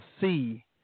see